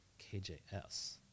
KJS